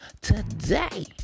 today